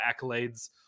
accolades